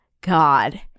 God